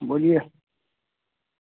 بولیے